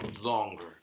longer